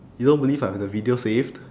you don't believe I have the video saved